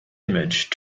image